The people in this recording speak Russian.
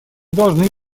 должны